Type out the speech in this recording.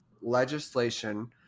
legislation